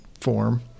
form